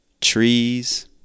trees